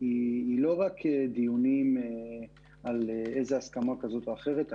היא לא רק דיונים על איזו הסכמה כזו או אחרת,